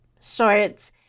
shorts